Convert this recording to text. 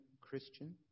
Christian